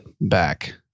back